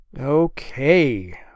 Okay